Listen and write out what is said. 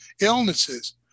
illnesses